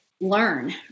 learn